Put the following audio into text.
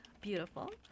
beautiful